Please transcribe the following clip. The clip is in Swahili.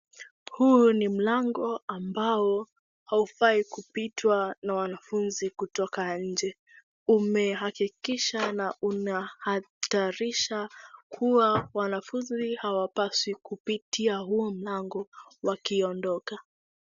Huu ni mlango ambao haufai kupitwa na wanafunzi kutoka nje. Umehakikisha na unahatarisha kuwa wanafunzi hawapaswi kupitia huu mlango wakiondoka.